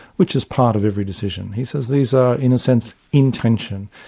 which is part of every decision. he says these are in a sense, in tension,